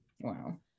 Wow